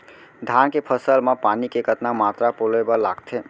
धान के फसल म पानी के कतना मात्रा पलोय बर लागथे?